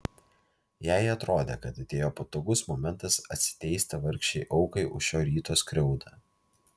jai atrodė kad atėjo patogus momentas atsiteisti vargšei aukai už šio ryto skriaudą